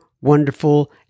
wonderful